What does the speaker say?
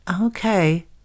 Okay